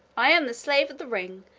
i am the slave of the ring,